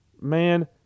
man